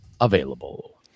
available